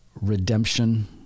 redemption